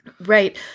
Right